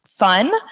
fun